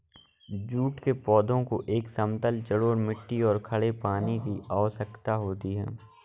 jute के पौधे को एक समतल जलोढ़ मिट्टी और खड़े पानी की आवश्यकता होती है